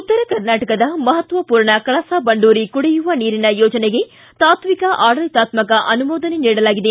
ಉತ್ತರ ಕರ್ನಾಟಕದ ಮಹತ್ವಪೂರ್ಣ ಕಳಸಾಬಂಡೂರಿ ಕುಡಿಯುವ ನೀರಿನ ಯೋಜನೆಗೆ ತಾತ್ವಿಕ ಆಡಳತಾತ್ಗಕ ಅನುಮೋದನೆ ನೀಡಲಾಗಿದೆ